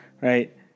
Right